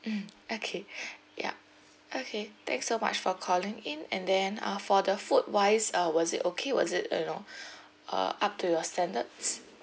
mm okay yup okay thanks so much for calling in and then uh for the food wise uh was it okay was it uh you know uh up to your standards